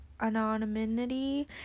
anonymity